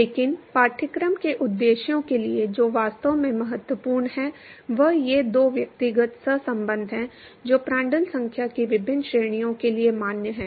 लेकिन पाठ्यक्रम के उद्देश्यों के लिए जो वास्तव में महत्वपूर्ण है वह ये दो व्यक्तिगत सहसंबंध हैं जो प्रांड्टल संख्या की विभिन्न श्रेणियों के लिए मान्य हैं